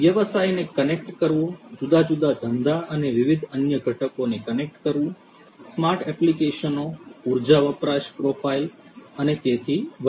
વ્યવસાયને કનેક્ટ કરવો જુદા જુદા ધંધા અને વિવિધ અન્ય ઘટકોને કનેક્ટ કરવું સ્માર્ટ એપ્લિકેશનો ઉર્જા વપરાશ પ્રોફાઇલ અને તેથી વધુ